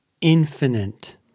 infinite